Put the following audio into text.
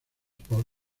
por